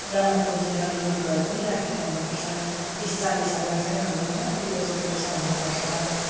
जम्मा पुँजी अलिकति भए पनि राखेको हुनु पर्छ तिस चालिस हजार चाहिँ हाम्रोमा डिपोजिट पैसा हुनु पर्छ